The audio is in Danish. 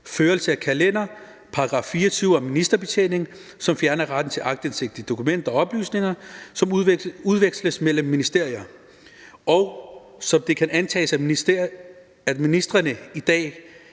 førelse af kalender, § 24 om ministerbetjening, som fjerner retten til aktindsigt i dokumenter og oplysninger, som udveksles mellem ministerier, og som det kan antages at ministrene en dag